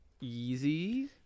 easy